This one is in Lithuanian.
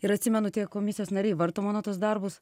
ir atsimenu tie komisijos nariai varto mano tuos darbus